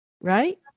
right